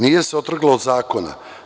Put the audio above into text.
Nije se otrgla od zakona.